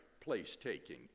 place-taking